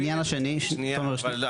העניין השני, תומר, שנייה.